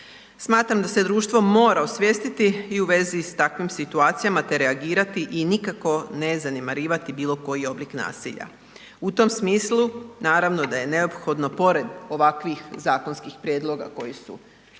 Smatram da se društvo mora osvijestiti i u vezi s takvim situacijama, te reagirati i nikako ne zanemarivati bilo koji oblik nasilja. U tom smislu naravno da je neophodno pored ovakvih zakonskih prijedloga koji su